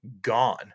gone